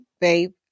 babe